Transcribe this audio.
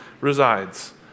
resides